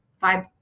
five